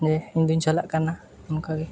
ᱡᱮ ᱤᱧᱫᱚᱧ ᱪᱟᱞᱟᱜ ᱠᱟᱱᱟ ᱚᱱᱠᱟ ᱜᱮ